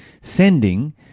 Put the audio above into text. sending